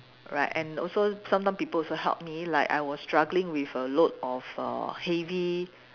right and also sometimes people also help me like I was struggling with a load of err heavy